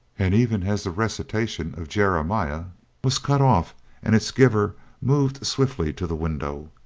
and even as the recitation of jeremiah was cut off and its giver moved swiftly to the window,